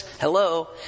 hello